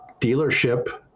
dealership